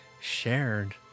shared